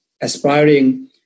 Aspiring